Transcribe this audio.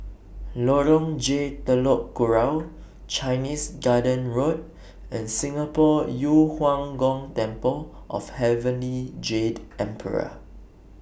Lorong J Telok Kurau Chinese Garden Road and Singapore Yu Huang Gong Temple of Heavenly Jade Emperor